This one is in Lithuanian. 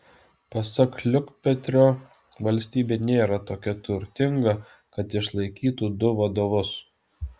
pasak liukpetrio valstybė nėra tokia turtinga kad išlaikytų du vadovus